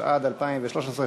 התשע"ד 2013,